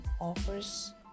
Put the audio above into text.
offers